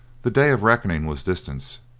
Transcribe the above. the day of reckoning was distant,